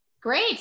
Great